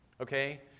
Okay